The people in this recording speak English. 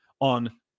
on